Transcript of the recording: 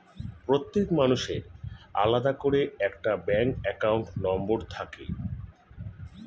প্রত্যেক মানুষের আলাদা করে একটা ব্যাঙ্ক অ্যাকাউন্ট নম্বর থাকে